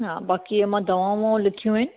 हा बाक़ी इहे मां दवाऊं वाऊं लिखियूं आहिनि